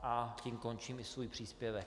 A tím končím i svůj příspěvek.